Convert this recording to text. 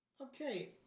Okay